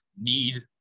need